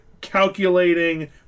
calculating